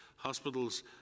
Hospitals